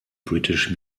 british